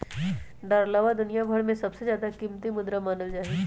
डालरवा दुनिया भर में सबसे ज्यादा कीमती मुद्रा मानल जाहई